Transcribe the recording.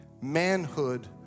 manhood